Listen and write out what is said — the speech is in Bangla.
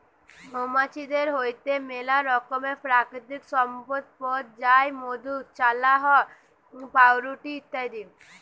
মৌমাছিদের হইতে মেলা রকমের প্রাকৃতিক সম্পদ পথ যায় মধু, চাল্লাহ, পাউরুটি ইত্যাদি